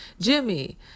Jimmy